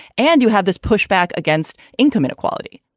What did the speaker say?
and you have this pushback against income inequality,